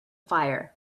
fire